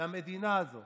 למדינה הזו